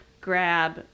grab